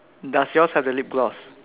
does yours have the lip gloss